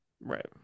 Right